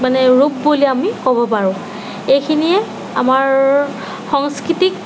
মানে ৰূপ বুলি আমি ক'ব পাৰোঁ এইখিনিয়ে আমাৰ সংস্কৃতিক